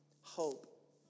hope